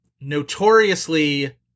notoriously